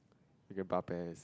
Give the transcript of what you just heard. we can